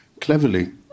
cleverly